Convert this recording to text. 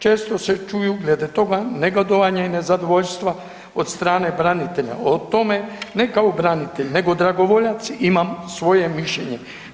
Često se čuju glede toga negodovanje i nezadovoljstva od strane branitelja, od tome ne kao branitelj nego dragovoljac imam svoje mišljenje.